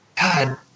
God